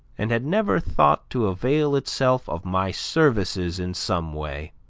and had never thought to avail itself of my services in some way.